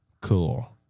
cool